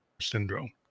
syndrome